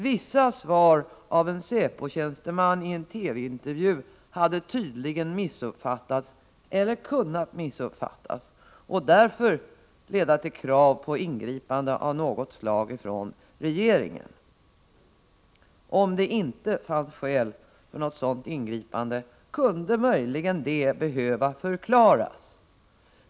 Vissa svar av en säpotjänsteman i en TV-intervju hade tydligen missuppfattats eller kunnat missuppfattas och kunde därför leda till krav på ingripande av något slag från regeringen. Om det inte fanns skäl för sådant ingripande kunde möjligen det behöva förklaras.